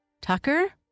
Tucker